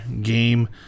game